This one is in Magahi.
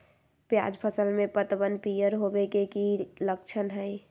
प्याज फसल में पतबन पियर होवे के की लक्षण हय?